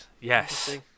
Yes